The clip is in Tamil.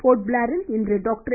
போர்ட்பிளேரில் இன்று டாக்டர்